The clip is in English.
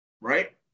right